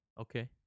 Okay